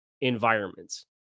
environments